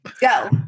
go